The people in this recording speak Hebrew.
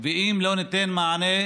ואם לא ניתן מענה